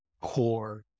core